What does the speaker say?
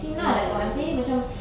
mm mm